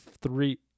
three